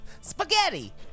Spaghetti